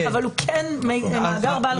אבל הוא כן מאגר בעל רגישות מיוחדת.